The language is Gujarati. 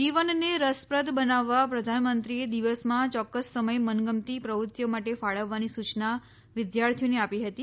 જીવનને રસપ્રદ બનાવવા પ્રધાનમંત્રીએ દિવસમાં ચોક્કસ સમય મનગમતી પ્રવૃત્તિઓ માટે ફાળવવાની સૂચના વિદ્યાર્થીઓને આપી હતી